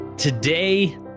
Today